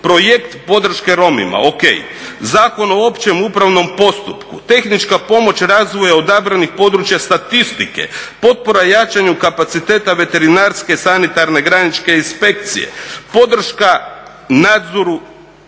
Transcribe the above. projekt podrške Romima, ok, Zakon o općem upravnom postupku, tehnička pomoć razvoja odabranih područja statistike, potpora jačanju kapaciteta veterinarske, sanitarne, granične inspekcije, podrška nadzoru